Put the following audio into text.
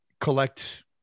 collect